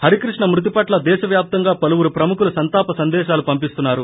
హరికృష్ణ మృతి పట్ల దేశవ్యాప్తంగా పలువురు ప్రముఖులు సంతాప సందేశాలు పంపిస్తున్నారు